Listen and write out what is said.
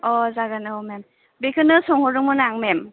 अ जागोन औ मेम बेखौनो सोंहरदोंमोन आं मेम